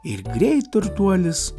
ir greit turtuolis